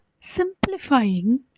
simplifying